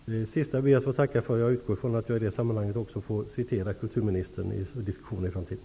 Fru talman! Det sistnämnda ber jag att få tacka för. Jag utgår från att jag i det sammanhanget också får citera kulturministern vid diskussioner i framtiden.